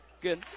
Good